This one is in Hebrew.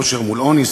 עושר מול עוני,